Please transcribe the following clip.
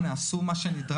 אנא, עשו מה שנדרש.